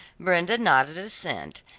brenda nodded assent,